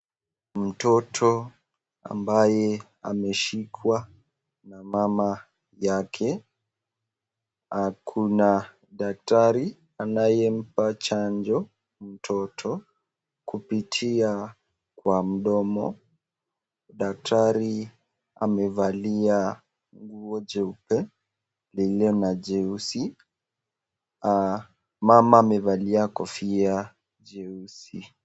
Mtoto ambaye ameshikwa na mama yake. Kuna daktari anayempa chanjo mtoto kupitia kwa mdomo. Daktari amevalia nguo jeupe lilio na jeusi. Mama amevalia kofia jeusi.